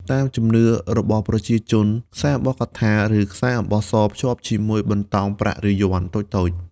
តាមជំនឿរបស់ប្រជាជន ខ្សែអំបោះកថា ឬខ្សែអំបោះស ភ្ជាប់ជាមួយបន្តោងប្រាក់ ឬយ័ន្តតូចៗ។